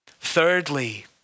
Thirdly